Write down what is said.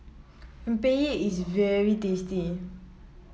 rempeyek is very tasty